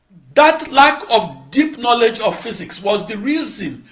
that lack of deep knowledge of physics was the reason,